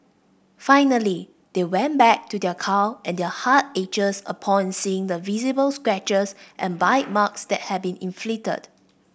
finally they went back to their car and their heart ached upon seeing the visible scratches and bite marks that had been inflicted